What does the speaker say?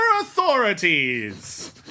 authorities